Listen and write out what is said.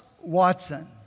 watson